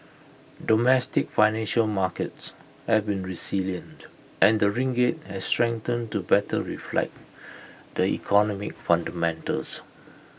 domestic financial markets have been resilient and the ringgit has strengthened to better reflect the economic fundamentals